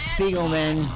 Spiegelman